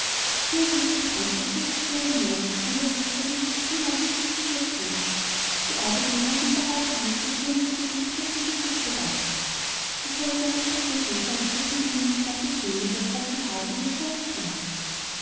die bürgerliche presse ist nur zu sehr geneigt übergriffe der industriedemagogie zu übersehen die arbeitnehmer sind wahrhaftig nicht mit übermäßigem gesetzlichem schutz bedacht sie sollten recht sehr auf der hut sein daß man ihnen nicht noch das wenige was sie haben illusorisch macht